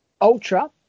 ultra